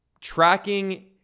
tracking